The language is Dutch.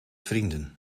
vrienden